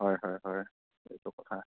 হয় হয় হয় এইটো কথা